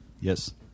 Yes